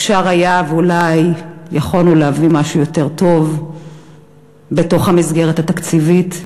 אפשר היה ואולי יכולנו להביא משהו יותר טוב בתוך המסגרת התקציבית.